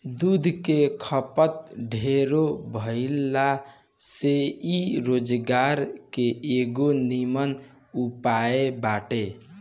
दूध के खपत ढेरे भाइला से इ रोजगार के एगो निमन उपाय बाटे